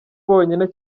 bonyine